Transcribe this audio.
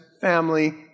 family